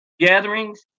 Gatherings